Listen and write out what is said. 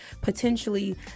potentially